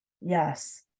Yes